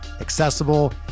accessible